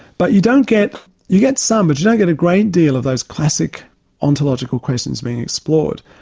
but you don't get you get some but you don't get a great deal of those classic ontological questions being explored.